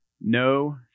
No